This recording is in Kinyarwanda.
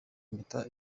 impeta